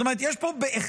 זאת אומרת, יש פה בהחלט